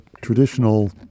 traditional